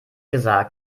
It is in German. gesagt